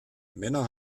männer